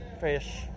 fish